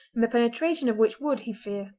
and the penetration of which would, he feared,